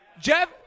Jeff